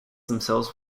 themselves